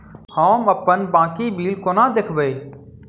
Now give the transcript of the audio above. हम अप्पन बाकी बिल कोना देखबै?